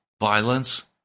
Violence